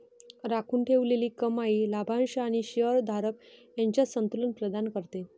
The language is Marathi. राखून ठेवलेली कमाई लाभांश आणि शेअर धारक यांच्यात संतुलन प्रदान करते